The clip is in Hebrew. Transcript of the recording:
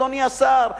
אדוני השר,